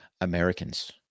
Americans